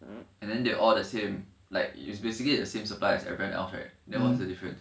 and then they all the same like is basically the same supplies as everyone else right then what's the different